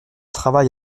travail